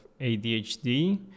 ADHD